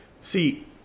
See